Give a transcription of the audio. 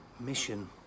Mission